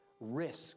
risk